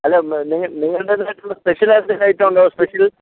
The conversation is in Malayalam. അല്ല നിങ്ങൾ നിങ്ങളുടേതായിട്ടുള്ള സ്പെഷ്യലായിട്ടെന്തെങ്കിലും ഐറ്റമുണ്ടോ സ്പെഷ്യൽ